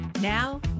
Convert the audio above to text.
Now